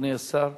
אדוני השר.